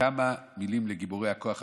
וכמה מילים לגיבורי הרוח התורמים.